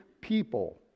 people